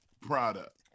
product